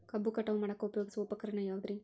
ಕಬ್ಬು ಕಟಾವು ಮಾಡಾಕ ಉಪಯೋಗಿಸುವ ಉಪಕರಣ ಯಾವುದರೇ?